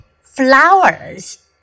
flowers